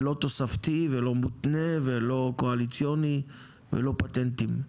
ולא תוספתי, ולא מותנה ולא קואליציוני ולא פטנטים.